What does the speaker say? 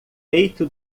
peito